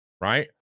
right